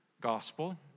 gospel